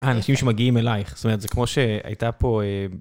האנשים שמגיעים אלייך, זאת אומרת זה כמו שהייתה פה...